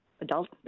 adult